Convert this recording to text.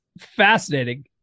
fascinating